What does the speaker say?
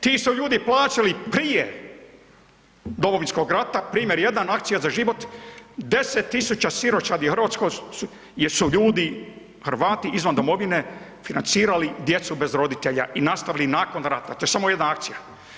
Ti su ljudi plaćali prije Domovinskog rata, primer jedan, „Akcija za život“, 10 000 siročadi u RH jesu ljudi Hrvati izvan domovine financirali djecu bez roditelja i nastavili nakon rata, to je samo jedna akcija.